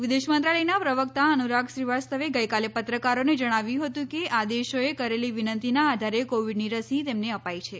વિદેશમંત્રાલયનાં પ્રવક્તા અનુરાગ શ્રીવાસ્તવે ગઈકાલે પત્રકારોને જણાવ્યું હતુ કે આ દેશોએ કરેલી વિનંતીનાં આધારે કોવિડની રસી તેમને અપાઈ છે